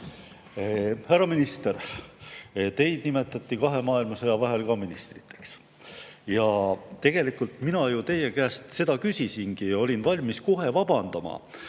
Härra minister! [Ministreid] nimetati kahe maailmasõja vahel ikka ministriteks. Tegelikult mina ju teie käest seda küsisingi ja olin valmis kohe vabandama,